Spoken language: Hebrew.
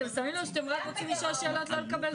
אתם שמים לב שאתם רק רוצים לשאול שאלות ולא לקבל תשובות?